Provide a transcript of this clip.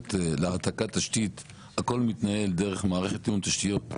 התקשורת להעתקת תשתית מתנהלת דרך מערכת תיאום תשתיות.